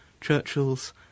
Churchill's